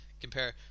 compare